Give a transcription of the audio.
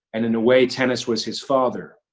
and in a way, tennis was his father.